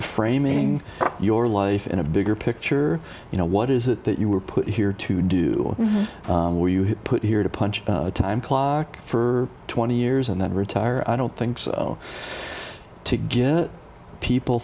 framing your life in a bigger picture you know what is it that you were put here to do put here to punch a time clock for twenty years and then retire i don't think so to get people